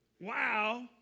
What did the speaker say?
Wow